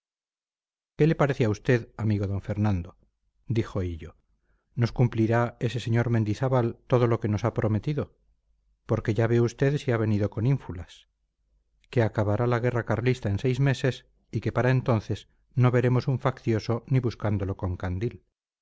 qué le parece a usted amigo d fernando dijo hillo nos cumplirá ese sr mendizábal todo lo que nos ha prometido porque ya ve usted si ha venido con ínfulas que acabará la guerra carlista en seis meses y que para entonces no veremos un faccioso ni buscándolo con candil